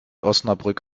osnabrück